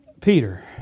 Peter